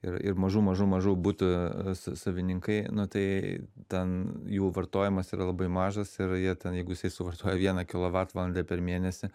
ir ir mažų mažų mažų butų savininkai nu tai ten jų vartojimas yra labai mažas ir jie ten jeigu jisai suvartoja vieną kilovatvalandę per mėnesį